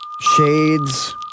shades